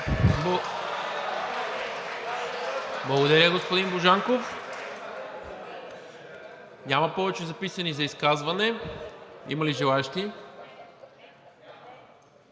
Благодаря, господин Божанков. Няма повече записани за изказване. Има ли желаещи?